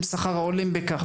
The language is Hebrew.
עם השכר ההולם לכך.